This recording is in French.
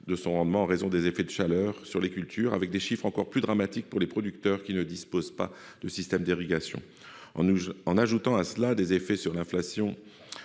de son rendement en raison des effets de chaleur sur les cultures, avec des chiffres encore plus dramatique pour les producteurs qui ne disposent pas de système d'irrigation, en août, en ajoutant à cela des effets sur l'inflation